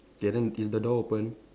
K then is the door open